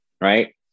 right